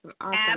Awesome